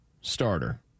starter